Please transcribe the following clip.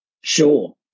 Sure